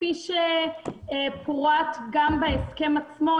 כפי שפורט גם בהסכם עצמו,